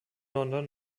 london